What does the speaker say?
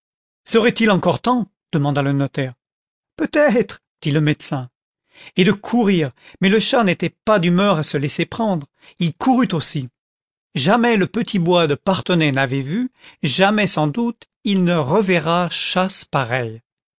serait-il encore temps demanda le notaire peut-être dit le médecin et de courir mais le chat n'était pas d'humeur à se laisser prendre courut aussi jamais le petit bois de parthenay n'avait vu jamais sans doute il ne reverra chasse